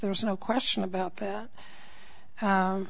there's no question about that